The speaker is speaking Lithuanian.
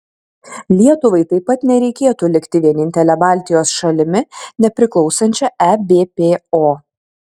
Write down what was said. lietuvai taip pat nereikėtų likti vienintele baltijos šalimi nepriklausančia ebpo